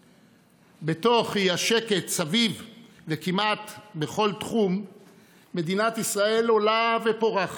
אני מתביישת בשביל כנסת ישראל שראש ממשלה מסוגל להגיד דבר כזה.